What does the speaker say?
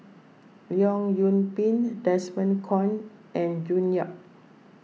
Leong Yoon Pin Desmond Kon and June Yap